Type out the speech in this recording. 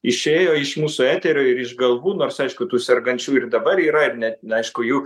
išėjo iš mūsų eterio ir iš galvų nors aišku tų sergančių ir dabar yra ir net neaišku jų